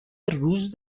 روز